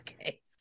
Okay